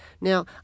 Now